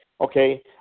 okay